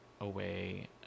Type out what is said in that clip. away